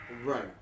Right